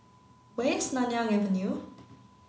where is Nanyang Avenue